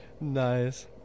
nice